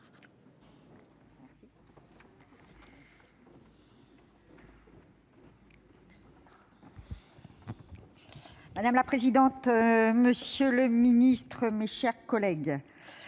Madame la présidente, monsieur le ministre, mes chers collègues,